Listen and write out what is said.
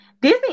Disney